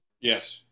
yes